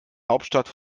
hauptstadt